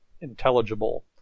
intelligible